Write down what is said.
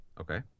Okay